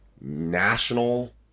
national